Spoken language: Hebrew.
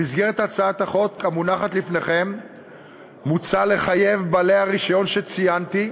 במסגרת הצעת החוק המונחת לפניכם מוצע לחייב את בעלי הרישיון שציינתי,